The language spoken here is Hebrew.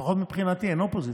לפחות מבחינתי, אין אופוזיציה,